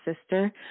sister